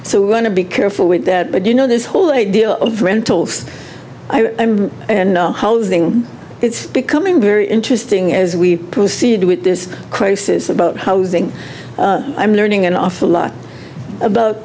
so we're going to be careful with that but you know this whole a deal rentals i'm housing it's becoming very interesting as we proceed with this crisis about housing i'm learning an awful lot about